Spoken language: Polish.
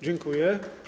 Dziękuję.